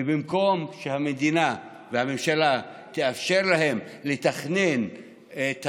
ובמקום שהמדינה והממשלה תאפשר להם לתכנן את